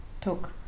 took